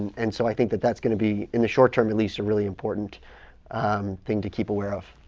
and so i think that that's going to be, in the short term at least, a really important um thing to keep aware of.